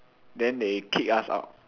then they kick us out